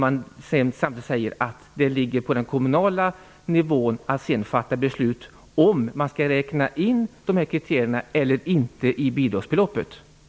Man säger ju samtidigt att det ligger på den kommunala nivån att fatta beslut om man skall räkna in dessa kriterier i bidragsbeloppet eller inte.